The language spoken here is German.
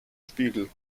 spiegel